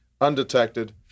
undetected